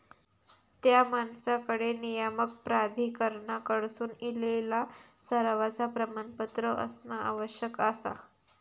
त्या माणसाकडे नियामक प्राधिकरणाकडसून इलेला सरावाचा प्रमाणपत्र असणा आवश्यक आसा